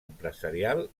empresarial